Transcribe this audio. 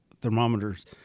thermometers